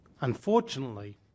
Unfortunately